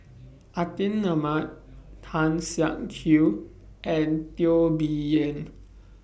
Atin Amat Tan Siak Kew and Teo Bee Yen